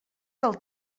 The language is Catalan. del